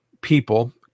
people